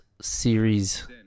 series